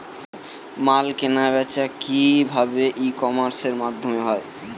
মাল কেনাবেচা কি ভাবে ই কমার্সের মাধ্যমে হয়?